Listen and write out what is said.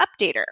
Updater